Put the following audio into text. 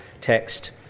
text